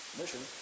mission